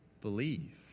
believe